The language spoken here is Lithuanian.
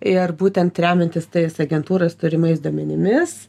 ir būtent remiantis tais agentūros turimais duomenimis